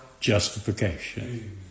justification